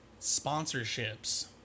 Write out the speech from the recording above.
Sponsorships